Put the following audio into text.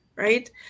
Right